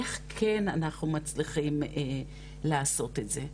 איך כן אנחנו מצליחים לעשות את זה.